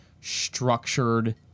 structured